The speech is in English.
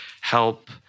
help